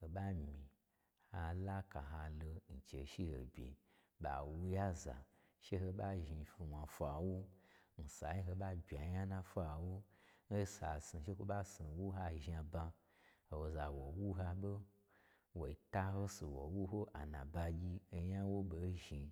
hoɓa myi ha laka ho lo nchei shi ho bye, ɓa wu ha za she ho ɓa zhni fye wna fwa n wu, n sai n ho ba bya nya nna fwa n wu, n sa si she kwo ɓa snu n wu ha zhnaba, ha woza wo wu ha ɓo wu ta ho su, wo wu ho a na bagyi onyan wo ɓei zhni.